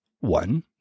one